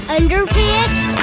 Underpants